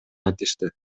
айтышты